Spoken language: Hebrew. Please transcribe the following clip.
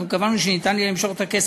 אנחנו קבענו שיהיה אפשר למשוך את הכסף